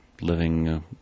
living